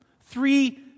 three